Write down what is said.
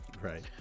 right